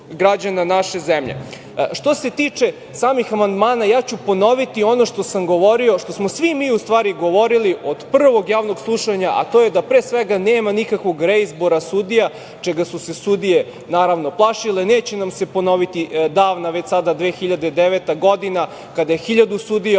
građana naše zemlje. Što se tiče samih amandmana, ja ću ponoviti ono što sam govorio, što smo svi mi govorili od prvog javnog slušanja, a to je da pre svega nema nikakvog reizbora sudija, čega su se sudije, naravno plašile. Neće nam se ponoviti davna već sada 2009. godina kada je 1.000 sudija